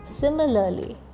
Similarly